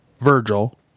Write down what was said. Virgil